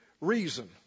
reason